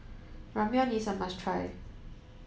Ramyeon is a must try